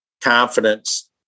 confidence